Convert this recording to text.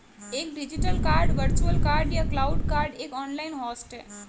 एक digital card virtual card या cloud card एक ऑनलाइन होस्ट है